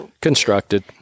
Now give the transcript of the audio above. Constructed